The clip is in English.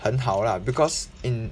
很好 lah because in